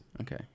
Okay